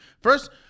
First